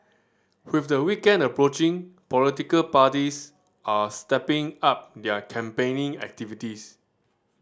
with the weekend approaching political parties are stepping up their campaigning activities